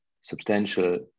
substantial